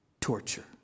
torture